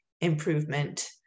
Improvement